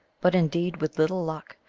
but indeed with little luck,